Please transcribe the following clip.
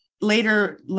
later